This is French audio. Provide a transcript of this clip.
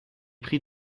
prix